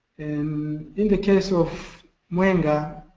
in in the case of mwenga,